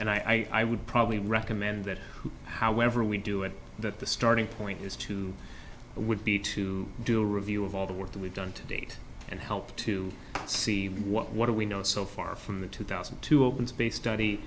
d i would probably recommend that however we do it that the starting point is to would be to do a review of all the work that we've done to date and help to see what what do we know so far from the two thousand and two open space study